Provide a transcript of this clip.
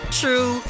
true